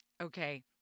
Okay